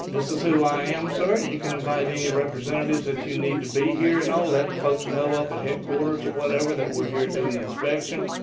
this is who i am, sir. you can invite any representatives that you need to be here and all. let folks know up at headquarters or whatever, that we're here doing inspection.